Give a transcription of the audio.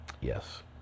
yes